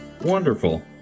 wonderful